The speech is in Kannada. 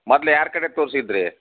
ಮೊದ್ಲು ಯಾರ ಕಡೆ ತೋರಿಸಿದ್ರಿ